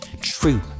true